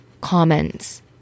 comments